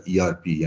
ERP